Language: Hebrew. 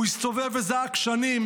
הוא הסתובב וזעק שנים